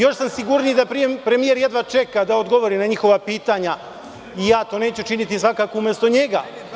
Još sam sigurniji da premijer jedva čeka da odgovori na njihova pitanja i ja to svakako neću učiniti umesto njega.